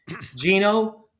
Gino